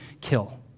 kill